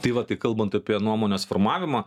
tai va tai kalbant apie nuomonės formavimą